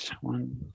one